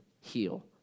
heal